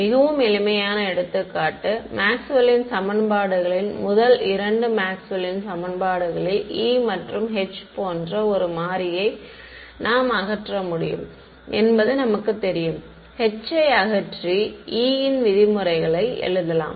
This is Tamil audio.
மிகவும் எளிமையான எடுத்துக்காட்டு மேக்ஸ்வெல்லின் சமன்பாடுகளின் முதல் இரண்டு மேக்ஸ்வெல்லின் சமன்பாடுகளில் E மற்றும் H போன்ற ஒரு மாறியை நாம் அகற்ற முடியும் என்பது நமக்கு தெரியும் H ஐ அகற்றி E ன் விதிமுறைகளை எழுதலாம்